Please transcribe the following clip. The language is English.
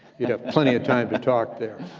you'd have plenty of time to talk there,